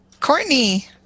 Courtney